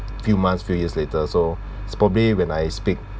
few months few years later so it's probably when I speak